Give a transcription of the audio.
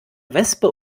wespe